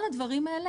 כל הדברים האלה,